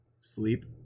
sleep